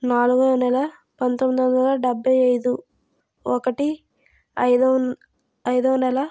నాలుగవ నెల పంతొమ్మిది వందల డెబ్భై ఐదు ఒకటి ఐదో ఐదొవ నెల